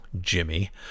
Jimmy